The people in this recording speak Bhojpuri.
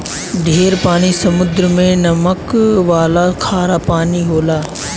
ढेर पानी समुद्र मे नमक वाला खारा पानी होला